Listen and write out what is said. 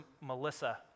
Melissa